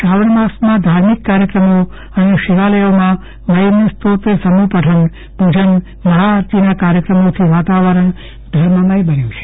શ્રાવણ માસમાં ધાર્મિક કાર્યક્રમો અને શિવાલયમાં મહીમ્નસ્રોત સમુહ પઠત પૂજન મહાઆરતીના કાર્યક્રમોથી વાતાવરણ ધર્મમય બન્યું છે